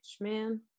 man